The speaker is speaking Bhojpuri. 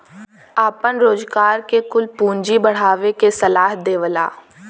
आपन रोजगार के कुल पूँजी बढ़ावे के सलाह देवला